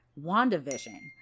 wandavision